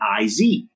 IZ